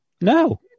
No